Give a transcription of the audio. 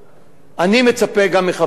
אני מצפה גם מחברי הכנסת,